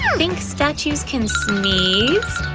think statues can sneeze?